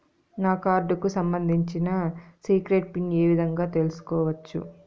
నా కార్డుకు సంబంధించిన సీక్రెట్ పిన్ ఏ విధంగా తీసుకోవచ్చు?